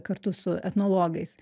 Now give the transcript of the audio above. kartu su etnologais